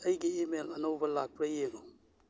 ꯑꯩꯒꯤ ꯏꯃꯦꯜ ꯑꯅꯧꯕ ꯂꯥꯛꯄ꯭ꯔ ꯌꯦꯡꯉꯨ